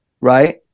Right